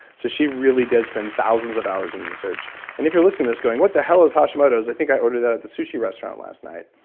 so she really does spend thousands of hours in research and if you're listening to this going, what the hell is hashimoto's? i think i ordered that at the sushi restaurant last night.